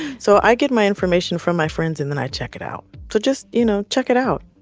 so i get my information from my friends, and then i check it out. so just, you know, check it out.